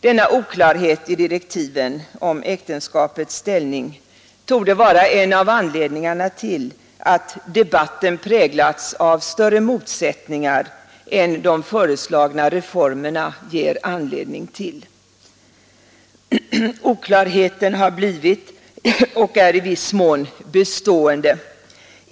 Denna oklarhet i direktiven om äktenskapets ställning torde vara en av anledningarna till att debatten präglats av större motsättningar än de föreslagna reformerna ger anledning till. Oklarheten har blivit i viss mån bestående.